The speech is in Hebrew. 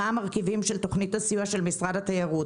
מה המרכיבים של תוכנית הסיוע של משרד התיירות,